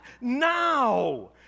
now